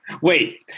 Wait